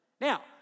Now